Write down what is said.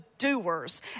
doers